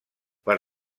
per